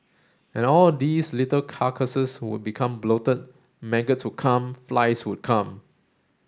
and all these little carcasses would become bloated maggots would come flies would come